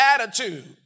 attitude